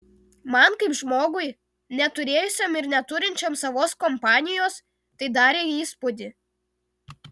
man kaip žmogui neturėjusiam ir neturinčiam savos kompanijos tai darė įspūdį